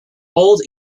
old